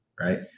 right